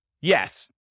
Yes